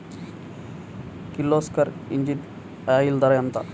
Kirloskar engine oil ధర ఎంత?